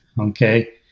okay